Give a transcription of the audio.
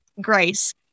grace